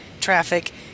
traffic